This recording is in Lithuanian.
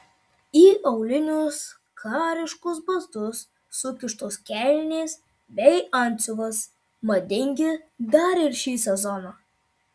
į aulinius kariškus batus sukištos kelnės bei antsiuvas madingi dar ir šį sezoną